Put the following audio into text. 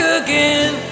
again